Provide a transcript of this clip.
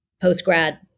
post-grad